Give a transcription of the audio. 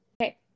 okay